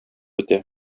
итә